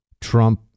trump